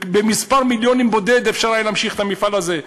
במספר מיליונים בודדים אפשר היה להמשיך את עבודת המפעל הזה,